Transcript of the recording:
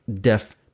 deaf